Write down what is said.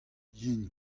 yen